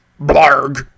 blarg